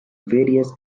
various